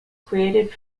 created